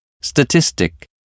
Statistic